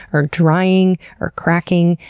or drying, or cracking.